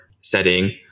setting